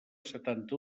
setanta